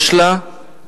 יש לה טירוף